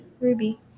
Ruby